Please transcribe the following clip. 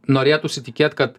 norėtųsi tikėt kad